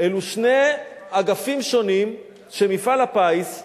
אלו שני אגפים שונים של מפעל הפיס,